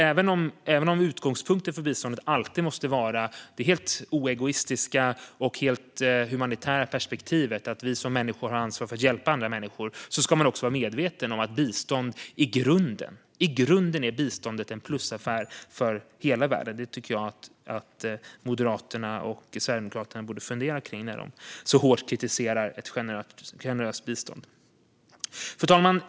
Även om utgångspunkten för biståndet alltid måste vara det helt oegoistiska och humanitära perspektivet att vi som människor har ansvar att hjälpa andra människor ska vi också vara medvetna om att biståndet i grunden är en plusaffär för hela världen. Detta borde Moderaterna och Sverigedemokraterna tänka på när de så hårt kritiserar ett generöst bistånd. Fru talman!